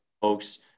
folks